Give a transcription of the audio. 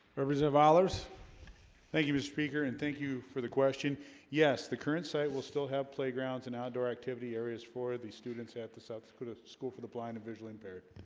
represent of ours thank you mr speaker and thank you for the question yes the current site will still have playgrounds an outdoor activity areas for these students at the south dakota school for the blind of visually impaired